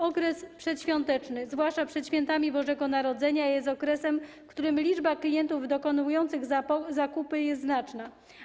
Okres przedświąteczny, zwłaszcza przed świętami Bożego Narodzenia, jest okresem, w którym liczba klientów dokonujących zakupy jest znaczna.